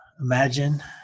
imagine